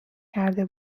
کرده